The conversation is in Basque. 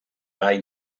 gai